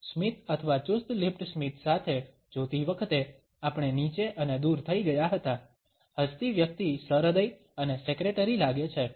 સ્મિત અથવા ચુસ્ત લિપ્ડ સ્મિત સાથે જોતી વખતે આપણે નીચે અને દૂર થઈ ગયા હતા હસતી વ્યક્તિ સહ્રદય અને સેક્રેટરી લાગે છે